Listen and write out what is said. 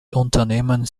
unternehmens